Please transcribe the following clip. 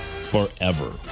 forever